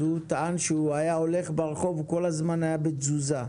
פעם הוא טען שהוא היה הולך ברחוב וכל הזמן היה בתזוזה.